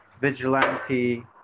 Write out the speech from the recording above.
vigilante